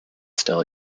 still